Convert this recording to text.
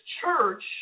church